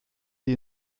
die